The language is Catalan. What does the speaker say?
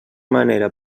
manera